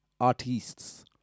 artists